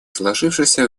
сложившейся